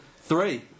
Three